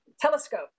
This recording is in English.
telescope